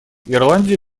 ирландия